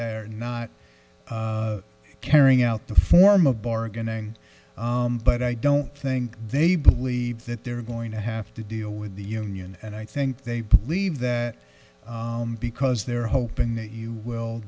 they're not carrying out the form of bargaining but i don't think they believe that they're going to have to deal with the union and i think they believe that because they're hoping that you will